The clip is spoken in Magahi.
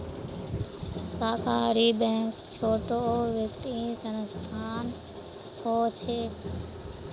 सहकारी बैंक छोटो वित्तिय संसथान होछे